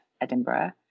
Edinburgh